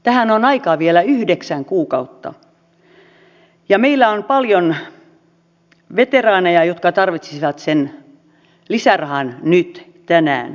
tähän on aikaa vielä yhdeksän kuukautta ja meillä on paljon veteraaneja jotka tarvitsisivat sen lisärahan nyt tänään